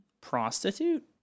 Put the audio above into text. Prostitute